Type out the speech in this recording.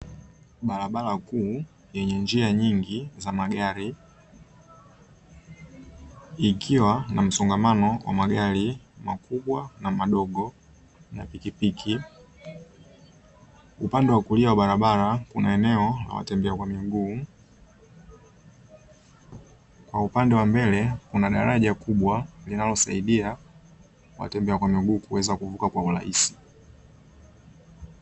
Barabara kuu yenye njia nyingi za magari, ikiwa na msongamano wa magari makubwa na madogo, na pikipiki; upande wa kulia wa barabara una eneo la watembea kwa miguu, kwa upande wa mbele kuna daraja kubwa linalosaidia watembea kwa miguu kuweza kuvuka kwa urahisi.